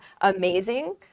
amazing